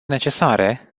necesare